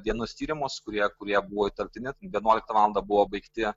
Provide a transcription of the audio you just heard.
dienos tyrimus kurie kurie buvo įtartini ten vienuoliktą valandą buvo baigti